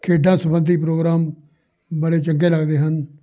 ਖੇਡਾਂ ਸੰਬੰਧੀ ਪ੍ਰੋਗਰਾਮ ਬੜੇ ਚੰਗੇ ਲੱਗਦੇ ਹਨ